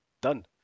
done